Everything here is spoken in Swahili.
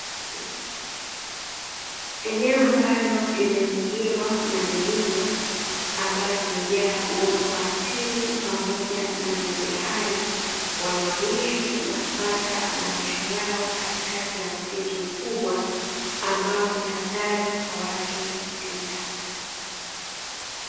Eneo ambalo limezingirwa na milima ambayo imejaa uoto wa asili pamoja na viumbe hai wanaoishi na kupata marisho yao katikati ya msitu mkubwa ambao ni hatari kwa watu kupita.